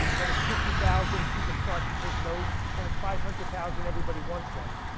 when it's fifty thousand people start to take note, when it's five hundred thousand everybody wants one.